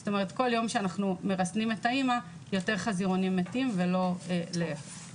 זאת אומרת כל יום שאנחנו מרסנים את האמא יותר חזירונים מתים ולא להיפך.